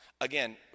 Again